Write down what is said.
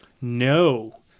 No